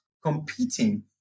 competing